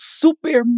super